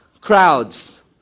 Crowds